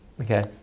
okay